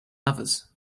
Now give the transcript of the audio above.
others